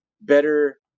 better